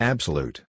Absolute